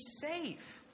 safe